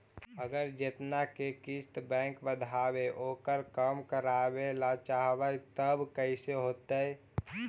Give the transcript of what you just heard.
अगर जेतना के किस्त बैक बाँधबे ओकर कम करावे ल चाहबै तब कैसे होतै?